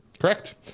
Correct